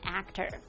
actor